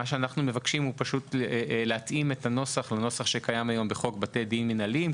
אנחנו מבקשים להתאים את הנוסח לנוסח שקיים היום בחוק בתי דין מינהליים,